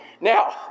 Now